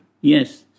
Yes